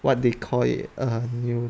what they call it a new